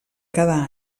cada